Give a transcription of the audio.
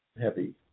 heavy